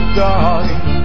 darling